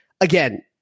again